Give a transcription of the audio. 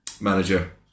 manager